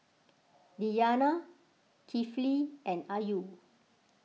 Diyana Kifli and Ayu